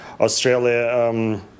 Australia